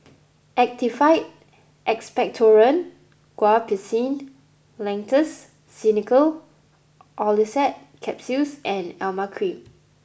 Actified Expectorant Guaiphenesin Linctus Xenical Orlistat Capsules and Emla Cream